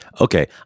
okay